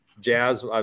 jazz